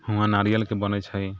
हुवां नारियलके बनै छै